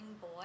Boy